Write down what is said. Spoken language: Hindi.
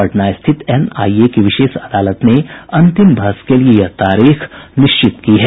पटना स्थित एनआईए की विशेष अदालत ने अंतिम बहस के लिए यह तारीख निश्चित की है